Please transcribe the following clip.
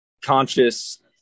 conscious